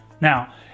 Now